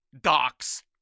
docs